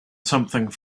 something